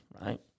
right